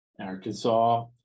arkansas